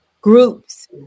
groups